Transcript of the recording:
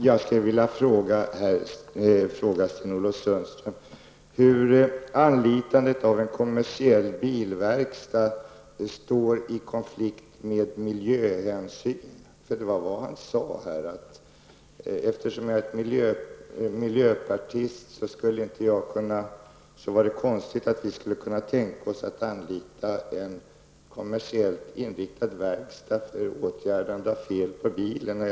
Herr talman! Jag vill fråga Sten-Ove Sundström hur anlitande av en kommersiell bilverkstad kan stå i konflikt med miljöhänsyn. Det var ju vad han sade. Han menade att det vore konstigt om jag som miljöpartist anlitade en kommersiellt inriktad verkstad för åtgärdande av fel på min bil efter en kontrollbesiktning.